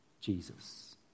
Jesus